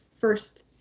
first